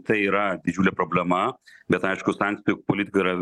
tai yra didžiulė problema bet aišku sankcijų politika yra